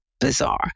bizarre